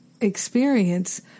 experience